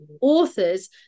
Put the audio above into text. authors